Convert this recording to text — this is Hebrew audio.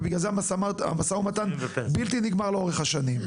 ובגלל זה המשא ומתן בלתי נגמר לאורך השנים.